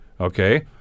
Okay